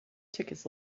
tickets